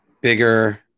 bigger